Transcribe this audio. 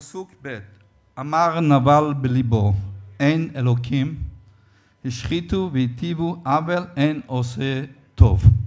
פסוק ב': "אמר נבל בלבו אין אלהים השחיתו והתעיבו עוֶל אין עֹשה טוב".